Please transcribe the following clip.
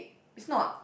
it's not